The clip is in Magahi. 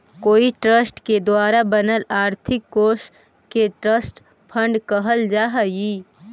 कोई ट्रस्ट के द्वारा बनल आर्थिक कोश के ट्रस्ट फंड कहल जा हई